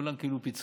כולם קיבלו פיצוי,